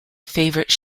favorite